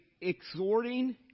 exhorting